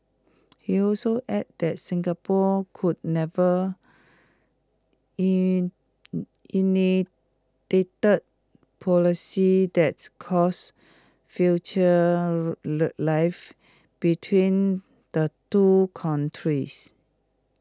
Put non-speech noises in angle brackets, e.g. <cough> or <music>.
he also added that Singapore could never in <unintelligible> policies that cause future <unintelligible> life between the two countries